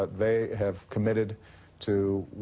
they have committed to